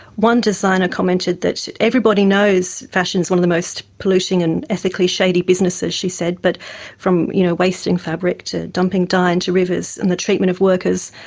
one designer commented that everybody knows fashion is one of the most polluting and ethically shady businesses, she said, but from you know wasting fabric to dumping dye into rivers and the treatment of workers,